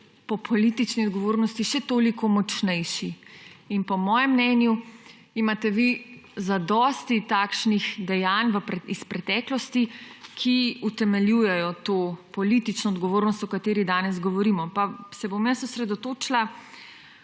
po politični odgovornosti še toliko močnejši. Po mojem mnenju imate vi zadosti takšnih dejanj iz preteklosti, ki utemeljujejo to politično odgovornost, o kateri danes govorimo. Pa se bom jaz osredotočila,